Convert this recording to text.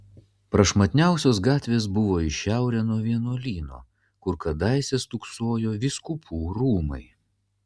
prašmatniausios gatvės buvo į šiaurę nuo vienuolyno kur kadaise stūksojo vyskupų rūmai